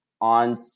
on